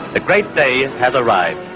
the great day has arrived.